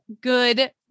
Good